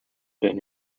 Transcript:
been